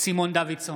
סימון דוידסון,